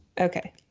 okay